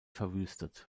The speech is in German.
verwüstet